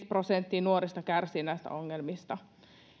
prosenttia nuorista kärsii näistä ongelmista